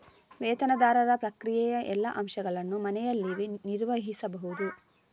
ವೇತನದಾರರ ಪ್ರಕ್ರಿಯೆಯ ಎಲ್ಲಾ ಅಂಶಗಳನ್ನು ಮನೆಯಲ್ಲಿಯೇ ನಿರ್ವಹಿಸಬಹುದು